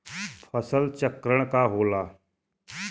फसल चक्रण का होला?